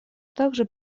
также